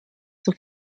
zur